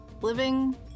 living